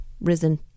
risen